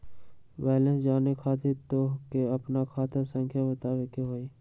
Balance जाने खातिर तोह के आपन खाता संख्या बतावे के होइ?